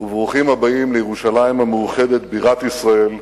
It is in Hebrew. וברוכים הבאים לירושלים המאוחדת, בירת ישראל,